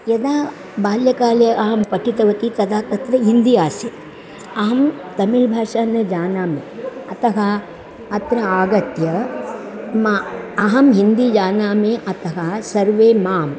यदा बाल्यकाले अहं पठितवती तदा तत्र हिन्दी आसीत् अहं तमिळ्भाषां न जानामि अतः अत्र आगत्य माम् अहं हिन्दीं जानामि अतः सर्वे माम्